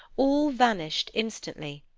all vanished instantly.